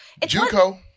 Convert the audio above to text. JUCO